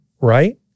right